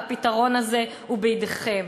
והפתרון הזה הוא בידיכם.